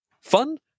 fun